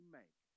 make